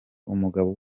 umugabo